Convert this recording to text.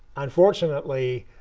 unfortunately,